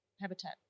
habitat